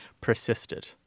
persisted